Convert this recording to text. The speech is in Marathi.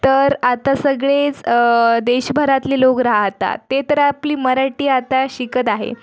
तर आता सगळेच देशभरातले लोक राहतात ते तर आपली मराठी आता शिकत आहे